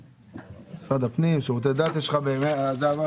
למי פונה אותו אדם בחברה?